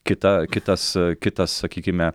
kita kitas kitas sakykime